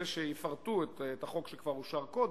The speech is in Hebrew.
הן אלה שיפרטו את החוק, שכבר אושר קודם.